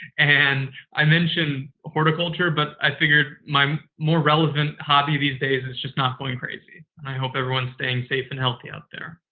and i mentioned horticulture, but i figured my more relevant hobby these days is just not going crazy. and i hope everyone is staying safe and healthy out there.